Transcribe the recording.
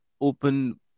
open